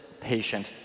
patient